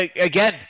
again